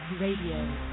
Radio